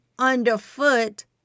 underfoot